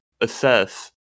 assess